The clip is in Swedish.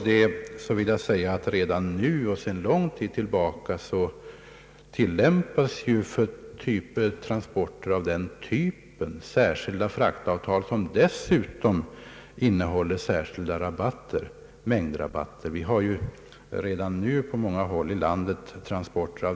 Till svar vill jag säga att sedan lång tid tillämpas ju för transporter av den typen särskilda fraktavtal som innehåller speciella mängdrabatter. Sådana transporter förekommer redan nu på många håll i landet.